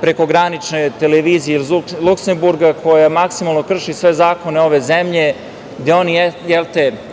prekogranične televizije iz Luksemburga koja maksimalno krši sve zakone ove zemlje, gde oni